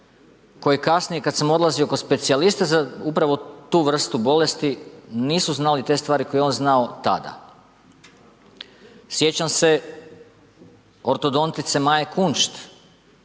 koji kasnije kad sam odlazio kod specijaliste za upravo tu vrstu bolesti nisu znali te stvari koje je on znao tada. Sjećam se ortodontice Maje Kunšt